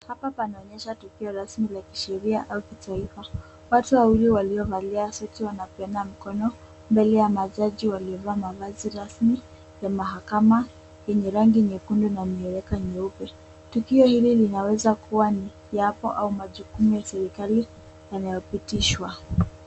Hapa panaonyesha tukio rasmi la kisheria au kitaifa, watu wawili waliovalia suti wanapeana mkono mbele ya majaji waliovaa mavazi rasmi ya mahakama yenye rangi nyekundu na miereka nyeupe. Tukio hili linaweza kuwa ni kiapo au majukumu ya serikali yanayopitishwa.